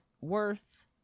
worth